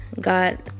got